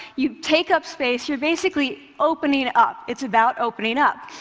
you take up space, you're basically opening up. it's about opening up.